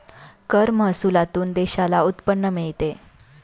कर महसुलातून देशाला उत्पन्न मिळते